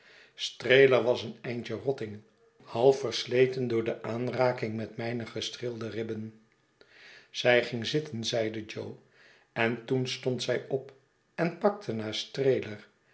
streeier was een eindje rotting half versleten door de aanraking met mijne gestreelde ribben zij ging zitten zeide jo en toen stond zij op en pakte